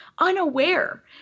unaware